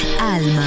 Alma